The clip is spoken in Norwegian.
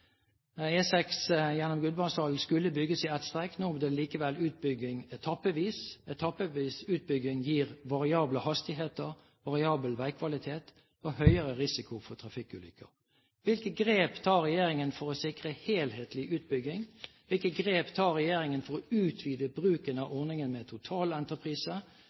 E6 gjennom Gudbrandsdalen skulle bygges i ett strekk. Nå blir det likevel utbygging etappevis. Etappevis utbygging gir variable hastigheter, variabel veikvalitet og høyere risiko for trafikkulykker. Hvilke grep tar regjeringen for å sikre helhetlig utbygging? Hvilke grep tar regjeringen for å utvide bruken av ordning med